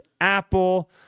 Apple